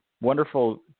wonderful